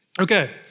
Okay